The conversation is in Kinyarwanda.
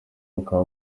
bakaba